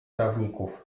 trawników